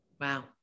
Wow